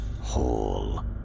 Hall